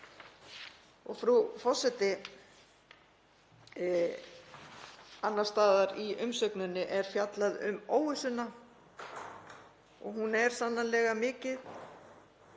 Frú forseti. Annars staðar í umsögninni er fjallað um óvissuna og hún er sannarlega mikil.